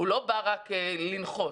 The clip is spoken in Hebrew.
בא רק לנחות,